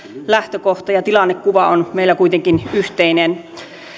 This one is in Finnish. lähtökohta ja tilannekuva on meillä kuitenkin yhteinen